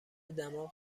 دماغ